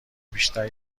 بیشتر